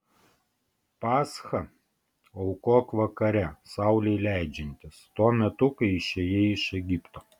paschą aukok vakare saulei leidžiantis tuo metu kai išėjai iš egipto